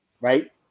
Right